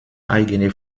eigene